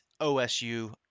OSU